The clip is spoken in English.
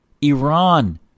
Iran